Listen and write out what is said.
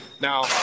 Now